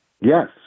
Yes